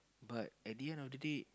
but at the end of the day